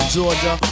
Georgia